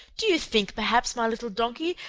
do you think, perhaps, my little donkey,